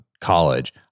college